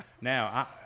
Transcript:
Now